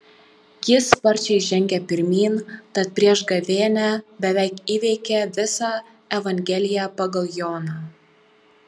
ji sparčiai žengė pirmyn tad prieš gavėnią beveik įveikė visą evangeliją pagal joną